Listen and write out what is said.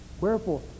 wherefore